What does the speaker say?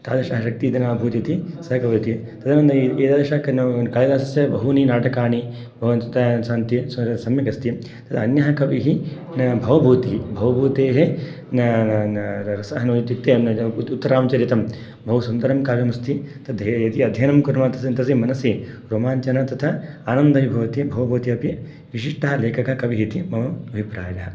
तादृशः शक्तिदिनाभूतिति सः कवयति तदनन्तरं एतादृश कालिदासस्य बहूनि नाटकानि सन्ति सम्यक् अस्ति तदन्यः कविः भवभूतिः भवभूतेः सः नो इत्युक्ते उत्तररामचरितं बहुसुन्दरं काव्यमस्ति तद यदि अध्ययनं कुर्मः तस्य तस्य मनसि रोमाञ्चन तथा आनन्द अपि भवति भवभूति अपि विशिष्टः लेखकः कविः इति मम अभिप्रायः